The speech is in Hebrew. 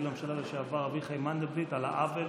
לממשלה לשעבר אביחי מנדלבליט על העוול